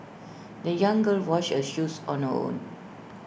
the young girl washed her shoes on her own